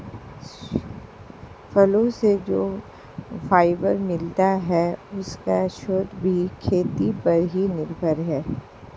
फलो से जो फाइबर मिलता है, उसका स्रोत भी खेती पर ही निर्भर है